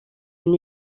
une